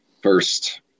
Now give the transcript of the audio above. first